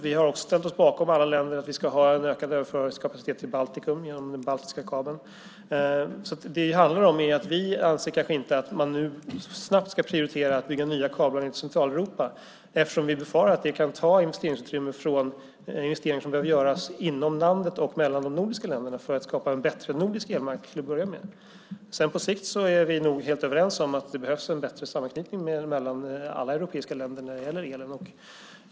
Vi har också alla ställt oss bakom att vi ska ha en ökad överföringskapacitet till Baltikum genom den baltiska kabeln. Vi anser kanske inte att man snabbt ska prioritera att bygga nya kablar till Centraleuropa eftersom vi befarar att det kan ta investeringsutrymme från en investering som behöver göras inom landet och mellan de nordiska länderna för att skapa en bättre nordisk elmarknad. På sikt är vi nog helt överens om att det behövs en bättre sammanknytning mellan alla europeiska länder när det gäller el.